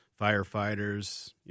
firefighters